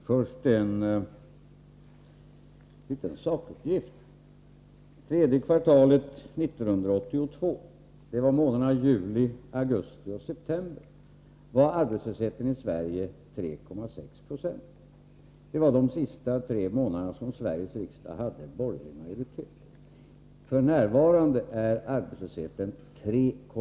Herr talman! Först en liten sakuppgift. Tredje kvartalet 1982 — dvs. månaderna juli, augusti och september — var arbetslösheten i Sverige 3,6 9. Det var de sista tre månader som Sveriges riksdag hade en borgerlig majoritet. F.n. är arbetslösheten 3,1 20.